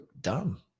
dumb